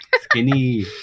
Skinny